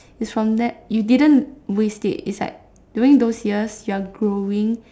is from that you didn't waste it is like during those years you are growing